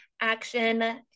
action